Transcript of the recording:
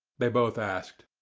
they both asked.